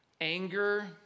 anger